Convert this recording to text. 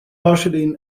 partially